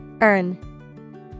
Earn